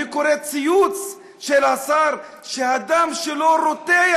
ואני קורא ציוץ של השר שהדם שלו רותח: